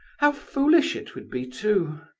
how foolish it would be, too!